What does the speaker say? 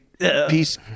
peace